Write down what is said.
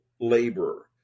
laborer